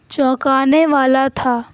چونکانے والا تھا